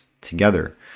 together